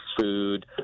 food